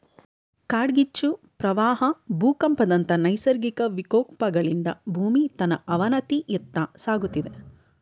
ಕಾಡ್ಗಿಚ್ಚು, ಪ್ರವಾಹ ಭೂಕಂಪದಂತ ನೈಸರ್ಗಿಕ ವಿಕೋಪಗಳಿಂದ ಭೂಮಿ ತನ್ನ ಅವನತಿಯತ್ತ ಸಾಗುತ್ತಿದೆ